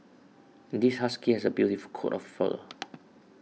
this husky has a beautiful coat of fur